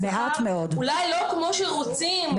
אולי לא כמו שרוצים,